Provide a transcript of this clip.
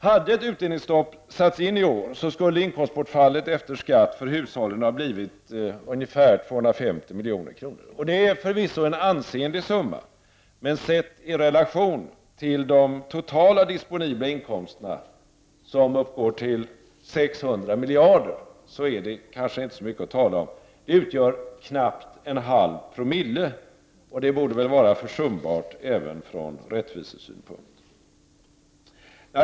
Hade ett utdelningsstopp satts in i år skulle inkomstbortfallet efter skatt för hushållen ha blivit ungefär 250 milj.kr. Det är förvisso en ansenlig summa, men sett i relation till de totala disponibla inkomsterna som uppgår till 600 miljarder kronor är det kanske inte så mycket att tala om. Det utgör knappt 0,5 Ze. Det borde väl vara försumbart även ur rättvisesynpunkt.